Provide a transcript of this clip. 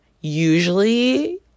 Usually